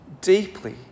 deeply